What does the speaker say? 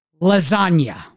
lasagna